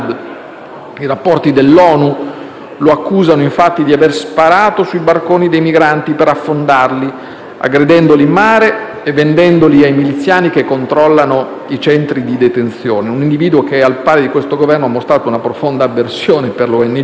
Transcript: i rapporti dell'ONU lo accusano infatti di "aver sparato sui barconi dei migranti per affondarli", aggredendoli in mare e vendendoli ai miliziani che controllano i centri di detenzione; un individuo che, al pari di questo Governo, ha mostrato una profonda avversione per le ONG,